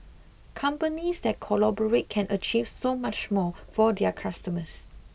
companies that collaborate can achieve so much more for their customers